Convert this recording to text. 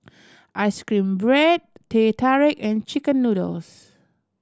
ice cream bread Teh Tarik and chicken noodles